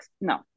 no